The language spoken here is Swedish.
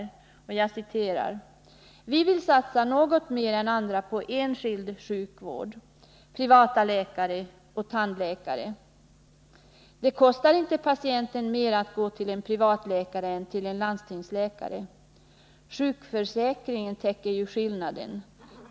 Nr 48 Jag citerar: ”Vi vill satsa något mer än andra på enskild sjukvård, på privata Måndagen den läkare och tandläkare. ——— För det kostar ju inte patienten mer att gå till en — 10 december 1979 privatläkare än till en av landstingets läkare. Sjukförsäkringen täcker ju skillnaden.